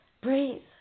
breathe